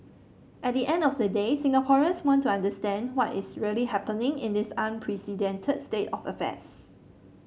at the end of the day Singaporeans want to understand what is really happening in this unprecedented state of affairs